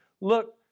look